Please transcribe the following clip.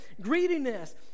Greediness